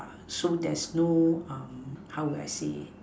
so there's no um how would I say